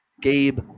Gabe